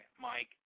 Mike